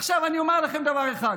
עכשיו אני אומר לכם דבר אחד: